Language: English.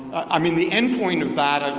i mean the end point of that,